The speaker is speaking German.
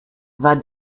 war